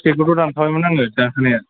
टिकेटखौथ' दानखाबायमोन आङो दानखानाया